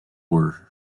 were